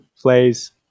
plays